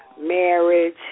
marriage